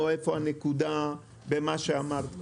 או איפה הנקודה --- במה שאמרת קודם,